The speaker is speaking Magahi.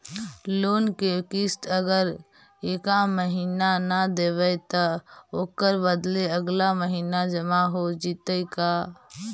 लोन के किस्त अगर एका महिना न देबै त ओकर बदले अगला महिना जमा हो जितै का?